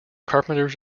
carpenters